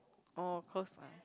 orh close